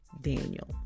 daniel